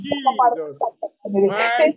Jesus